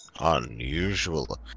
Unusual